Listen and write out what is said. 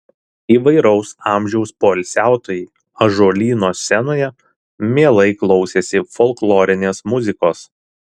įvairaus amžiaus poilsiautojai ąžuolyno scenoje mielai klausėsi folklorinės muzikos